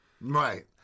Right